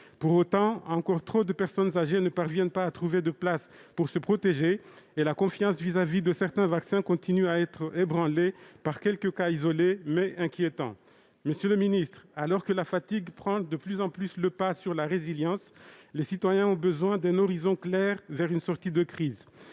Pour autant, encore trop de personnes âgées ne parviennent pas à trouver de places pour se protéger, et la confiance à l'égard de certains vaccins continue d'être ébranlée par quelques cas isolés, mais inquiétants. Monsieur le secrétaire d'État, alors que la fatigue prend de plus en plus le pas sur la résilience, les citoyens ont besoin d'un horizon clair vers une sortie de crise.